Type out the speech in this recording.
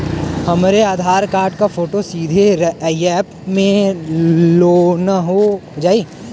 हमरे आधार कार्ड क फोटो सीधे यैप में लोनहो जाई?